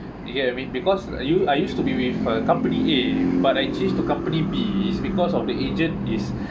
you get what I mean because uh you I used to be with a company A but I change to company B because of the agent is